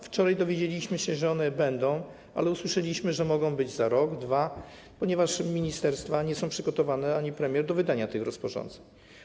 Wczoraj dowiedzieliśmy się, że one będą, ale usłyszeliśmy, że mogą być za rok, dwa, ponieważ ministerstwa nie są przygotowane, ani premier, do wydania tych rozporządzeń.